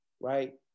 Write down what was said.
Right